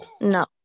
no